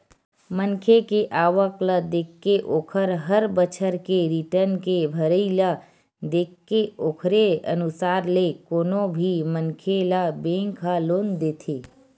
मनखे के आवक ल देखके ओखर हर बछर के रिर्टन के भरई ल देखके ओखरे अनुसार ले कोनो भी मनखे ल बेंक ह लोन देथे